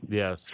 yes